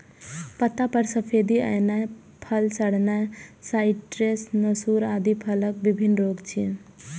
पत्ता पर सफेदी एनाय, फल सड़नाय, साइट्र्स नासूर आदि फलक विभिन्न रोग छियै